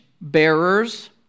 bearers